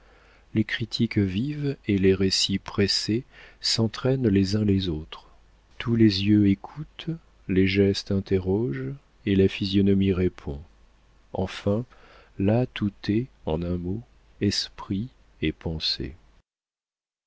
les critiques vives et les récits pressés s'entraînent les uns les autres tous les yeux écoutent les gestes interrogent et la physionomie répond enfin là tout est en un mot esprit et